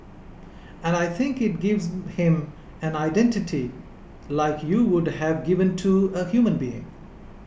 and I think it gives him an identity like you would have given to a human being